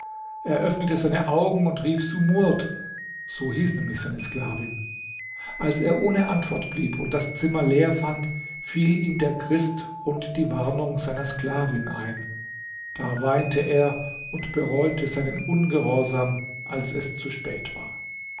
öffnete seine augen und rief sumurd so hieß nämlich seine sklavin als er ohne antwort blieb und das zimmer leer fand fiel ihm der christ und die warnung seiner sklavin ein da weinte er und bereute seinen ungehorsam als es zu spät war